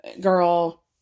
girl